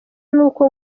n’uko